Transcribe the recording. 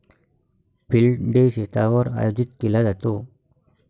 field day शेतावर आयोजित केला जातो